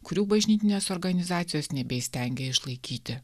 kurių bažnytinės organizacijos nebeįstengė išlaikyti